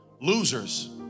losers